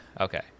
Okay